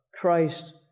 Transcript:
Christ